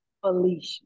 felicia